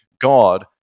God